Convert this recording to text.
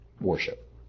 worship